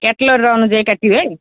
catalogue ଅନୁଯାୟୀ କାଟିବେ